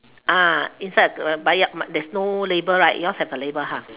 uh inside the there's no label right yours have a label ha